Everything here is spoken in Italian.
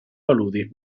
paludi